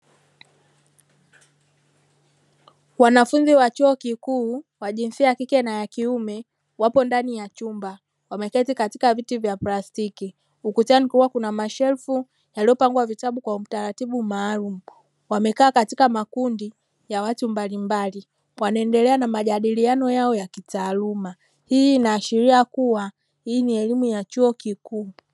Wanafunzi wa chuo kikuu wa jinsia ya kike na ya kiume, wapo ndani ya chumba wameketi katika viti vya plastiki. Ukutani kulikuwa kuna mashelfu yaliyopangwa vitabu kwa utaratibu maalumu, wamekaa katika makundi ya watu mbalimbali wanaendelea na majadiliano yao ya kitaaluma. Hii inaasharia kuwa hii ni elimu ya chuo kikuu.